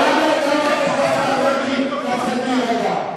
נא לבקש מהשר מרגי לצאת להירגע.